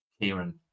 Kieran